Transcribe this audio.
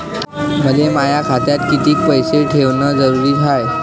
मले माया खात्यात कितीक पैसे ठेवण जरुरीच हाय?